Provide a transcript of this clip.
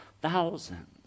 thousands